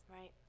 Right